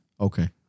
Okay